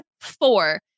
four